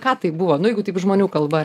ką tai buvo nu jeigu taip žmonių kalba